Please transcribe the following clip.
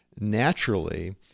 naturally